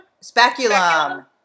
Speculum